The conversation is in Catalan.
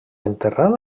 enterrat